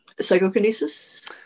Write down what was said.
Psychokinesis